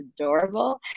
adorable